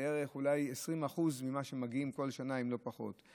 בערך, אולי, 20% ממה שמגיעים כל שנה, אם לא פחות.